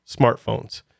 smartphones